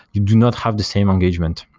you do not have the same engagement,